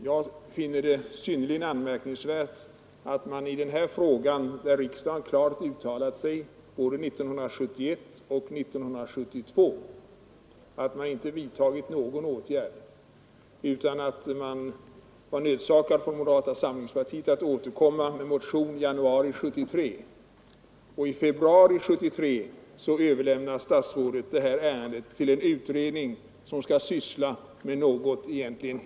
För min del finner jag det anmärkningsvärt — Riksdagens att regeringen i den här frågan, där riksdagen klart uttalat sig både 1971 = Skrivelser till Kungl. Maj:t och 1972, inte vidtagit någon åtgärd utan att man från moderata samlingspartiet var nödsakad att återkomma med motion i januari 1973. I februari 1973 överlämnade statsrådet det här ärendet till en utredning som egentligen skall syssla med något helt annat.